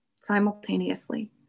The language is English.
simultaneously